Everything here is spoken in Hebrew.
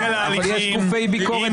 --- קראת לא נכון.